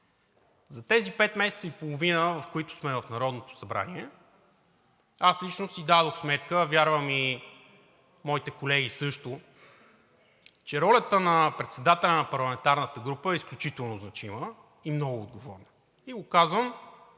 За тези пет месеца и половина, в които сме в Народното събрание, аз лично си дадох сметка, а вярвам и моите колеги също, че ролята на председателя на парламентарната група е изключително значима и много отговорна